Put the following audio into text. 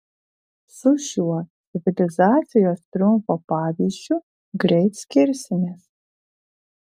su šiuo civilizacijos triumfo pavyzdžiu greit skirsimės